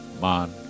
man